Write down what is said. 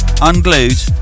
Unglued